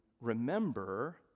remember